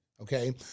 okay